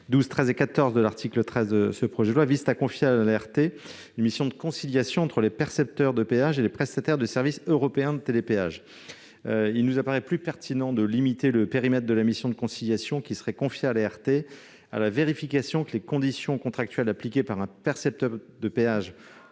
12, 13 et 14 de l'article 13 confient à l'ART une mission de conciliation entre les percepteurs de péage et les prestataires du service européen de télépéage. Il nous paraît plus pertinent de limiter le périmètre de la mission de conciliation qui serait confiée à l'ART à la vérification, d'une part, que les conditions contractuelles appliquées par un percepteur de péage